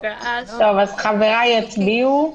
אז חבריי יצביעו,